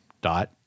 Dot